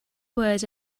was